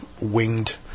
winged